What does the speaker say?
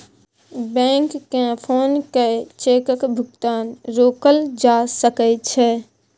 बैंककेँ फोन कए चेकक भुगतान रोकल जा सकै छै